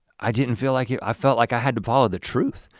i didn't feel like you i felt like i had to follow the truth.